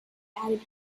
added